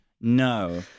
No